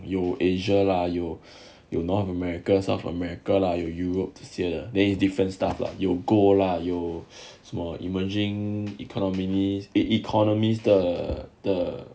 有 asia lah 有有 north america south america lah 有 europe 这些的 different stuff lah 有 gold lah 有 emerging economies eh economists 的的